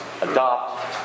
Adopt